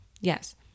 yes